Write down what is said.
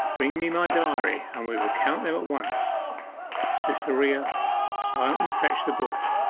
bring me my diary, and we will count them at once cytherea silently fetched the book.